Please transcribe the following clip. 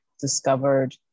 discovered